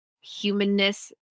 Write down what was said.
humanness